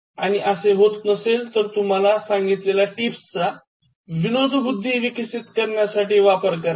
आणि असे होत नसेल तर तुम्हाला सांगितलेल्या टिप्सचा विनोदबुद्धी विकसित करण्यासाठी वापर करा